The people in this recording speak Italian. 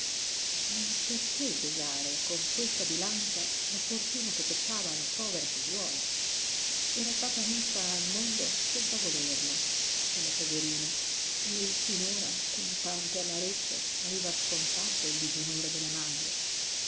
ma perché pesare con questa bilancia la fortuna che toccava alla povera figliuola era stata messa al mondo senza volerlo quella poverina e finora con tante amarezze aveva scontato il disonore della madre